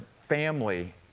family